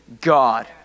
God